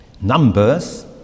Numbers